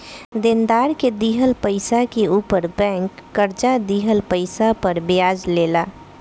देनदार के दिहल पइसा के ऊपर बैंक कर्जा दिहल पइसा पर ब्याज ले ला